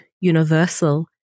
universal